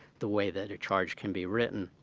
the way that a charge can be written.